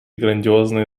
грандиозные